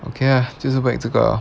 okay lah 就是 whack 这个